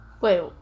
Wait